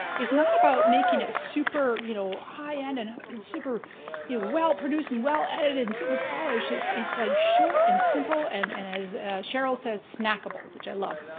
it's not about making it super you know high end and super yeah well produced and well edited and super polished. it's it's like short and simple and and as sheryl says, snackable, which i love.